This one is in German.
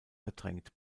verdrängt